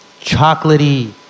chocolatey